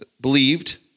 believed